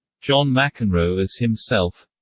john mcenroe as himself